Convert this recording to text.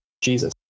Jesus